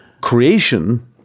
creation